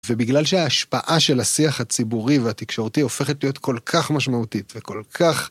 ובגלל שההשפעה של השיח הציבורי והתקשורתי הופכת להיות כל כך משמעותית וכל כך...